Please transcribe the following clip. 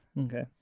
okay